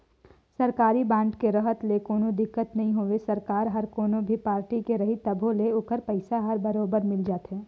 सरकारी बांड के रहत ले कोनो दिक्कत नई होवे सरकार हर कोनो भी पारटी के रही तभो ले ओखर पइसा हर बरोबर मिल जाथे